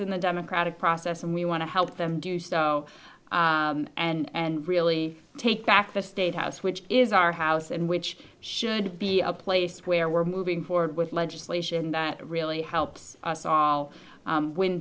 in the democratic process and we want to help them do so and really take back the state house which is our house and which should be a place where we're moving forward with legislation that really helps us all when